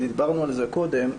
ונדברנו על זה קודם,